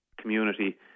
community